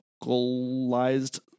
localized